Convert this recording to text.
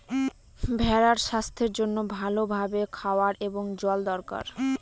ভেড়ার স্বাস্থ্যের জন্য ভালো ভাবে খাওয়ার এবং জল দরকার